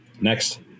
next